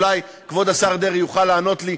ואולי כבוד השר דרעי יוכל לענות לי,